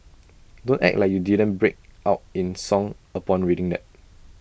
don't act like you didn't break out in song upon reading that